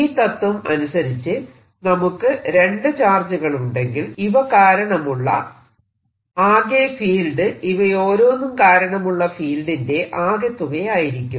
ഈ തത്വം അനുസരിച്ച് നമുക്ക് രണ്ടു ചാർജുകളുണ്ടെങ്കിൽ ഇവ കാരണമുള്ള ആകെ ഫീൽഡ് ഇവയോരോന്നും കാരണമുള്ള ഫീൽഡിന്റെ ആകെത്തുകയായിരിക്കും